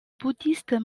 bouddhistes